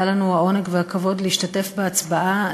היה לנו העונג והכבוד להשתתף בהצבעה,